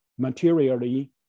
Materially